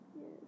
yes